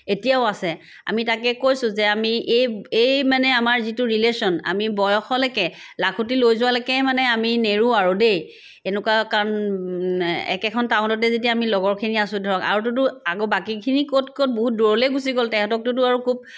এতিয়াও আছে আমি তাকে কৈছো যে আমি এই এই মানে আমাৰ যিটো ৰিলেশ্যন আমি বয়সলৈকে লাখুতি লৈ যোৱালৈকে মানে আমি নেৰো আৰু দেই এনেকুৱা কাৰণ একেইখন টাউনতে যদি আমি লগৰখিনি আছো ধৰক আৰুতোতো আকৌ বাকীখিনি ক'ত ক'ত বহুত দূৰলৈ গুচি গ'ল তাহাঁতকটোতো আৰু খুব